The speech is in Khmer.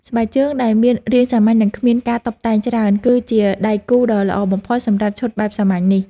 ស្បែកជើងដែលមានរាងសាមញ្ញ និងគ្មានការតុបតែងច្រើន គឺជាដៃគូដ៏ល្អបំផុតសម្រាប់ឈុតបែបសាមញ្ញនេះ។